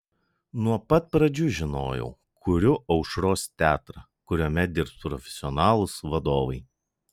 nuo pat pradžių žinojau kuriu aušros teatrą kuriame dirbs profesionalūs vadovai